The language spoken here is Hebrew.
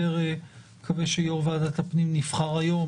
אני מקווה שיו"ר ועדת הפנים נבחר היום,